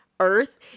earth